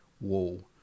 wall